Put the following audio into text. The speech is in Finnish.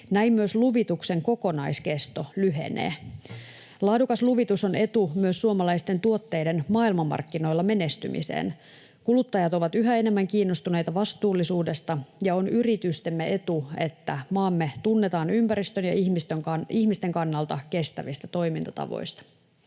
Näin myös luvituksen kokonaiskesto lyhenee. Laadukas luvitus on etu myös suomalaisten tuotteiden maailmanmarkkinoilla menestymiseen. Kuluttajat ovat yhä enemmän kiinnostuneita vastuullisuudesta, ja on yritystemme etu, että maamme tunnetaan ympäristön ja ihmisten kannalta kestävistä toimintatavoista.